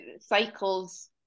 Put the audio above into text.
cycles